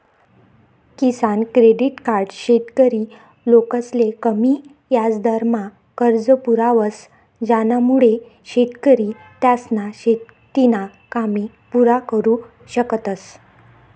किसान credit card शेतकरी लोकसले कमी याजदरमा कर्ज पुरावस ज्यानामुये शेतकरी त्यासना शेतीना कामे पुरा करु शकतस